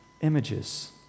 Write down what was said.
images